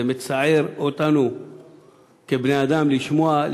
זה מצער אותנו כבני-אדם לשמוע,